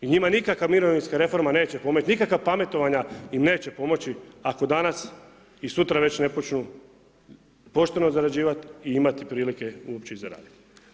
I njima nikakva mirovinska reforma neće pomoći, nikakva pametovanja im neće pomaći ako danas i sutra već ne počnu pošteno zarađivat i imati prilike uopće i zaradit.